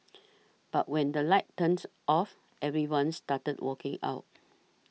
but when the lights turns off everyone started walking out